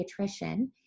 pediatrician